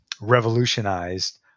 revolutionized